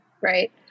right